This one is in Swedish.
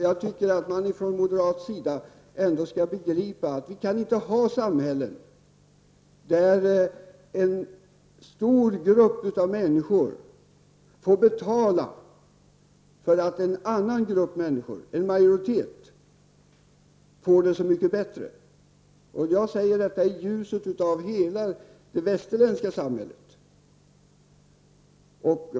Jag tycker att moderaterna skall inse att vi inte kan ha ett samhälle, där en grupp människor får betala för att majoriteten skall få det så mycket bättre. Jag säger detta med hänvisning till vad som har hänt i det västerländska samhället.